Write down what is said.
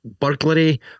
burglary